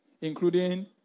including